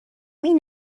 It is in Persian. این